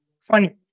funny